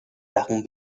sachen